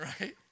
Right